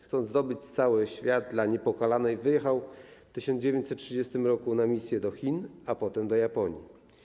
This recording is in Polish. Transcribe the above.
Chcąc zdobyć cały świat dla Niepokalanej, wyjechał w 1930 r. na misję do Chin, a potem do Japonii.